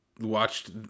watched